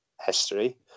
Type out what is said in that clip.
history